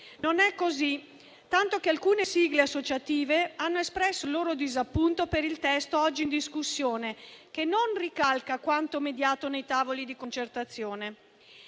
Non è così, tanto che alcune sigle associative hanno espresso il loro disappunto per il testo oggi in discussione, che non ricalca quanto mediato nei tavoli di concertazione.